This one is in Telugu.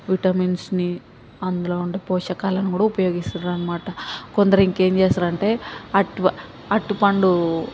విటమిన్స్ని అందులో ఉండే పోషకాలని కూడా ఉపయోగిస్తుర్రు అనమాట కొందరు ఇంకేం చేస్తారంటే అర్ట్ అరటిపండు